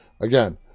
Again